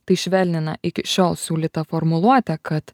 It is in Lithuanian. tai švelnina iki šiol siūlytą formuluotę kad